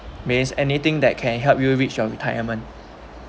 means anything that can help you reach your retirement